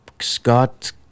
Scott